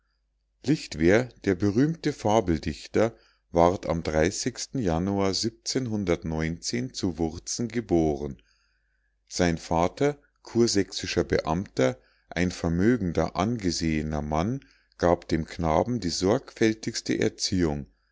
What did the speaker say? lichtwer der berühmte fabeldichter ward am januar zu wurzen geboren sein vater kursächsischer beamter ein vermögender angesehener mann gab dem knaben die sorgfältigste erziehung